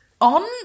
On